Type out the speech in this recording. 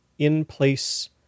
in-place